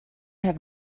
have